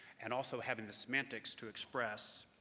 and also having the semantics to express,